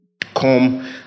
come